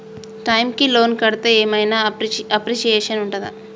Time కి loan కడ్తే ఏం ఐనా అప్రిషియేషన్ ఉంటదా?